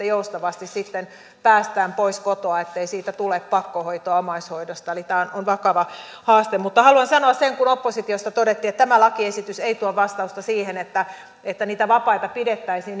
joustavasti sitten päästään pois kotoa ettei siitä omaishoidosta tule pakkohoitoa eli tämä on on vakava haaste mutta haluan sanoa kun oppositiosta todettiin että tämä lakiesitys ei tuo vastausta siihen että että niitä vapaita pidettäisiin